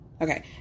Okay